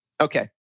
okay